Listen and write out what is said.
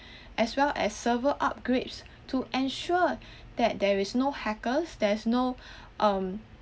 as well as server upgrades to ensure that there is no hackers there's no um